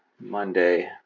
Monday